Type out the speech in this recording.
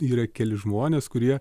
yra keli žmonės kurie